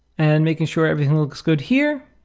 and making sure everything looks good here